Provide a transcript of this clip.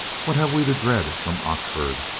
what have we to dread from oxford?